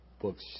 books